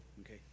Okay